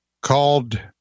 called